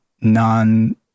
non